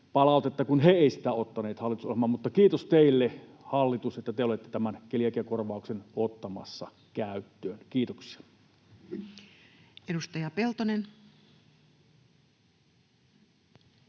palautetta, kun he eivät sitä ottaneet hallitusohjelmaan, mutta kiitos teille, hallitus, että te olette tämän keliakiakorvauksen ottamassa käyttöön. — Kiitoksia. [Speech